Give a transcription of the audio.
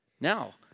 Now